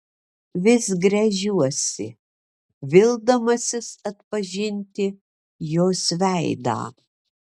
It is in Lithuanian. vis gręžiuosi vildamasis atpažinti jos veidą